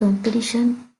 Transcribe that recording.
competition